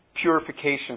purification